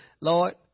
Lord